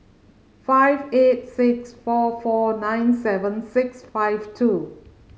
five eight six four four nine seven six five two